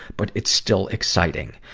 but it's still exciting.